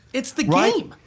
it's the game.